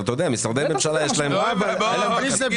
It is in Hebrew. אלכס,